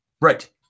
Right